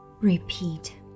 Repeat